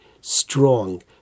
strong